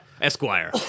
esquire